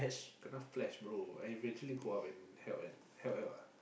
kena flash bro I eventually go up and help and help out lah